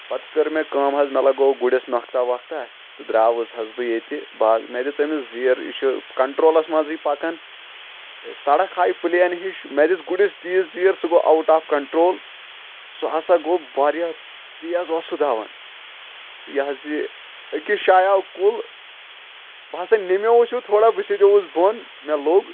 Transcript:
پتہٕ کٔر مےٚ کٲم حظ مےٚ لگٲو گُرِس نۄکھتہ وۄکھتہ تہٕ درٛاوُس حظ بہٕ یتہِ با مےٚ دِژ أمِس زیٖر یہِ چھُ کنٹرولس منٛزٕے پکان سڑکھ آے پٕلین ہش مےٚ دِژ گُرِس تیٖژ زیٖر سُہ گوٚو اوُٹ آف کنٹرول سُہ ہسا گوٚو واریاہ تیز اوس سُہ دوان تہٕ یہِ حظ یہِ أکِس جایہِ آو کُل بہٕ ہسا نیٚمیووُس ہیٚو تھوڑا بہٕ سیٚدیووُس بۄن مےٚ لوٚگ